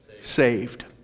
saved